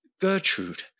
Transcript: Gertrude